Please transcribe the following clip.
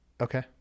Okay